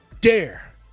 dare